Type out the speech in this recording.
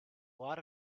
lot